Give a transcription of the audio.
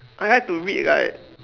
I had to read like